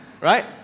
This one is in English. Right